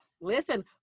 Listen